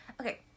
Okay